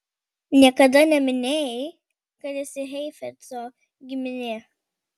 niekada neminėjai kad esi heifetzo giminė